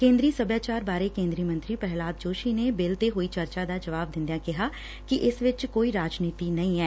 ਕੇਂਦਰੀ ਸਭਿਆਚਾਰ ਬਾਰੇ ਕੇਂਦਰੀ ਮੰਤਰੀ ਪ੍ਹਿਲਾਦ ਜੋਸ਼ੀ ਨੇ ਬਿੱਲ ਤੈ ਹੋਈ ਚਰਚਾ ਦਾ ਜਵਾਬ ਦਿੰਦਿਆਂ ਕਿਹਾ ਕਿ ਇਸ ਵਿਚ ਕੋਈ ਰਾਜਨੀਤੀ ਨਹੀਂ ਐ